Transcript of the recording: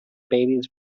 babies